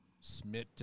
Smith